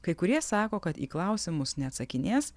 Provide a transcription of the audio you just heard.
kai kurie sako kad į klausimus neatsakinės